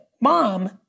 mom